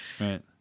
right